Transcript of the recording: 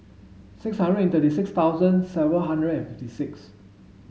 six hundred and thirty six thousand seven hundred and fifty six